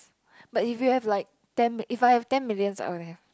but if you have like ten mil~ if I have ten million I will have